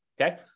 okay